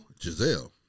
Giselle